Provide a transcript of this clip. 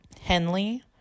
Henley